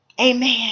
Amen